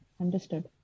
Understood